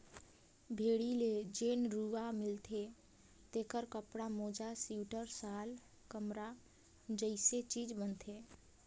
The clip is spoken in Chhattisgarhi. भेड़ी ले जेन रूआ मिलथे तेखर कपड़ा, मोजा सिवटर, साल, कमरा जइसे चीज बनथे